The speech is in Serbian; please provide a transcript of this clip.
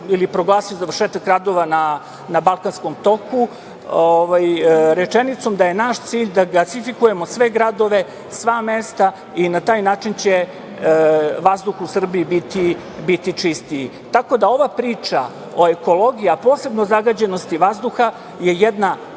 ili proglasio završetak radova na Balkanskom toku, rečenicom da je naš cilj da gasifikujemo sve gradove, sva mesta i na taj način će vazduh u Srbiji biti čistiji. Tako da ova priča o ekologiji, a posebno o zagađenosti vazduha je jedna